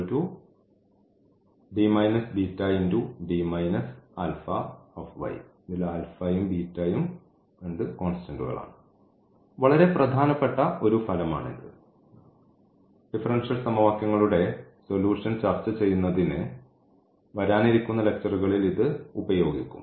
being any constant വളരെ പ്രധാനപ്പെട്ട ഒരു ഫലമാണിത് ഡിഫറൻഷ്യൽ സമവാക്യങ്ങളുടെ സൊലൂഷൻ ചർച്ച ചെയ്യുന്നതിന് വരാനിരിക്കുന്ന ലക്ച്ചറുകളിൽ ഇത് ഉപയോഗിക്കും